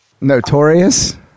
notorious